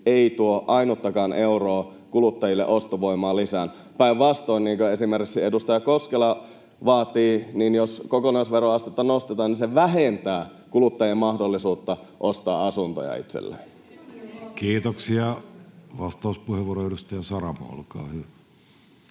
ei tuo ainuttakaan euroa kuluttajille ostovoimaa lisää. Päinvastoin, niin kuin esimerkiksi edustaja Koskela vaatii, jos kokonaisveroastetta nostetaan, se vähentää kuluttajien mahdollisuutta ostaa asuntoja itselleen. [Hanna Sarkkinen: Entäs, mitäs